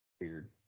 Weird